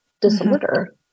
disorder